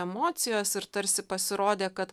emocijos ir tarsi pasirodė kad